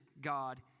God